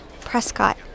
Prescott